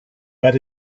but